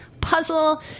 puzzle